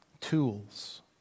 tools